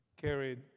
carried